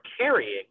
carrying